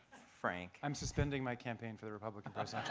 frank? i'm suspending my campaign for the republican